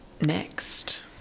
next